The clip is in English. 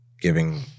Giving